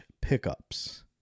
pickups